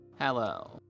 Hello